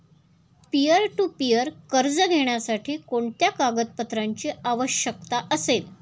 Peer to peer कर्ज घेण्यासाठी कोणत्या कागदपत्रांची आवश्यकता असेल?